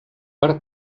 per